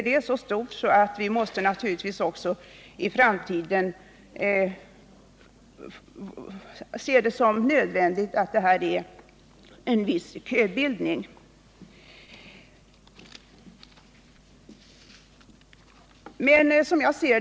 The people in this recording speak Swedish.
Det är så stort att vi måste se det som nödvändigt med en viss köbildning också i framtiden.